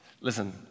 Listen